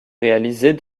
réalisées